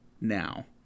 now